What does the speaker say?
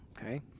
okay